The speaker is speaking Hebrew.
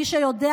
מי שיודע,